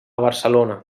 barcelona